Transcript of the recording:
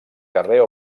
carrer